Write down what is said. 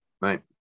Right